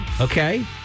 Okay